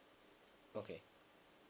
okay